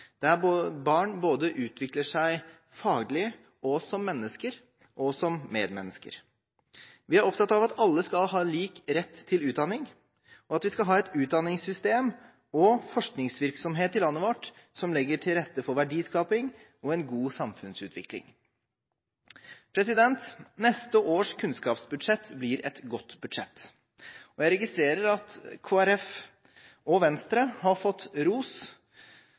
der barn utvikler seg faglig, både som mennesker, og som medmennesker. Vi er opptatt av at alle skal ha lik rett til utdanning, og av at vi skal ha et utdanningssystem og en forskningsvirksomhet i landet vårt som legger til rette for verdiskaping og en god samfunnsutvikling. Neste års kunnskapsbudsjett blir et godt budsjett. Jeg registrerer at Kristelig Folkeparti og Venstre har fått ros